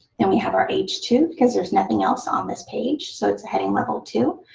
and we have our h two because there's nothing else on this page so it's a heading level two.